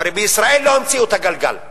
הרי בישראל לא המציאו את הגלגל,